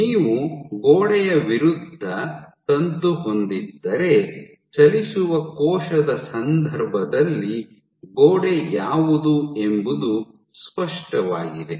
ನೀವು ಗೋಡೆಯ ವಿರುದ್ಧ ತಂತು ಹೊಂದಿದ್ದರೆ ಚಲಿಸುವ ಕೋಶದ ಸಂದರ್ಭದಲ್ಲಿ ಗೋಡೆ ಯಾವುದು ಎಂಬುದು ಸ್ಪಷ್ಟವಾಗಿದೆ